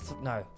No